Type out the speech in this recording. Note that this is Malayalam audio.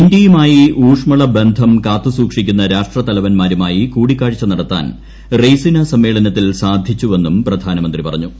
ഇന്ത്യയുമായി ഊഷ്മളബന്ധം കാത്തുസൂക്ഷിക്കുന്ന രാഷ്ട്രത്തലവൻമാരുമായി കൂടിക്കാഴ്ച നടത്താൻ റെയ്സിനാ സമ്മേളനത്തിൽ സാധിച്ചുവെന്നും പ്രധാനമന്ത്രി പറഞ്ഞു